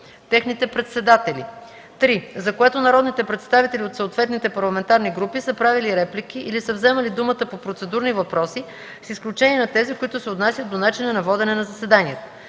техните председатели; 3. за което народните представители от съответните парламентарни групи са правили реплики или са вземали думата по процедурни въпроси, с изключение на тези, които се отнасят до начина на водене на заседанието.